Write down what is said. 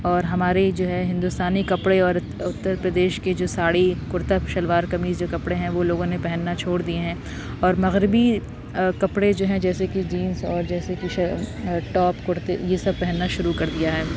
اور ہمارے جو ہے ہندوستانی کپڑے اور اتر پردیش کی جو ساڑی کرتا شلوار قمیص جو کپڑے ہیں وہ لوگوں نے پہننا چھوڑ دیے ہیں اور مغربی کپڑے جو ہیں جیسے کہ جینس اور جیسے کہ ٹاپ کرتی یہ سب پہننا شروع کردیا ہے